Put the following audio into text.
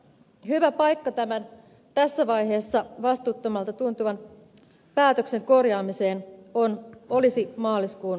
hyvä paikka tämän tässä vaiheessa vastuuttomalta tuntuvan päätöksen korjaamiseen olisi maaliskuun kehysriihi